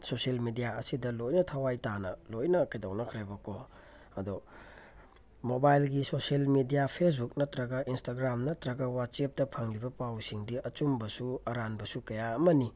social media ꯑꯁꯤꯗ ꯂꯣꯏꯅ ꯊꯋꯥꯏ ꯇꯥꯅ ꯂꯣꯏꯅ ꯀꯩꯗꯧꯅꯈ꯭ꯔꯦꯕꯀꯣ ꯑꯗꯣ ꯃꯣꯕꯥꯏꯜꯒꯤ ꯁꯣꯁꯤꯌꯦꯜ ꯃꯦꯗꯤꯌꯥ ꯐꯦꯁꯕꯨꯛ ꯅꯠꯇ꯭ꯔꯒ ꯏꯟꯁꯇꯥꯒ꯭ꯔꯥꯝ ꯅꯠꯇ꯭ꯔꯒ ꯋꯥꯆꯦꯞꯇ ꯐꯪꯂꯤꯕ ꯄꯥꯎꯁꯤꯡꯗꯤ ꯑꯆꯨꯝꯕꯁꯨ ꯑꯔꯥꯟꯕꯁꯨ ꯀꯌꯥ ꯑꯃꯅꯤ